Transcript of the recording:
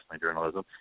journalism